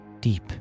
deep